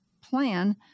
plan